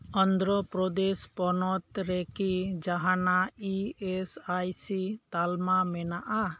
ᱚᱱᱫᱷᱨᱚ ᱯᱨᱚᱫᱮᱥ ᱯᱚᱱᱚᱛ ᱨᱮᱠᱤ ᱡᱟᱦᱟᱱᱟᱜ ᱤ ᱮᱥ ᱟᱭ ᱥᱤ ᱛᱟᱞᱢᱟ ᱢᱮᱱᱟᱜ ᱟ